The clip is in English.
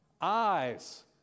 Eyes